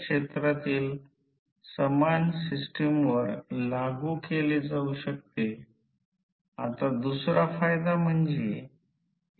हे voltage V1 V1 आहे आणि हे V2 V2आहे आणि व्होल्टेज वर व्होल्टेमीटर जोडलेला A 1 आणि लहान a 1 आहे आणि ही ध्रुवीयता आहे आता ते चिन्हांकित केले गेले आहे